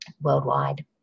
worldwide